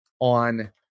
on